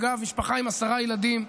אגב, משפחה עם עשרה ילדים,